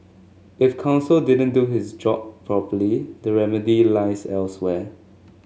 if counsel didn't do his job properly the remedy lies elsewhere